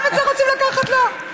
גם את זה רוצים לקחת לו?